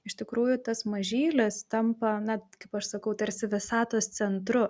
iš tikrųjų tas mažylis tampa na kaip aš sakau tarsi visatos centru